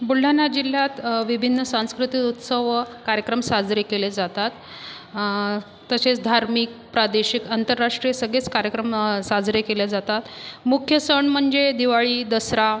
बुलढाणा जिल्ह्यात विभिन्न सांस्कृतिक उत्सव व कार्यक्रम साजरे केले जातात तसेच धार्मिक प्रादेशिक आंतरराष्ट्रीय सगळेच कार्यक्रम साजरे केले जातात मुख्य सण म्हणजे दिवाळी दसरा